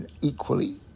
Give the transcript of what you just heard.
equally